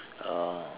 uh